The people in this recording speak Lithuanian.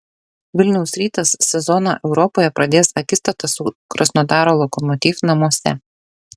vilniaus rytas sezoną europoje pradės akistata su krasnodaro lokomotiv namuose